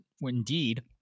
indeed